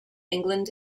england